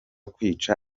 kwica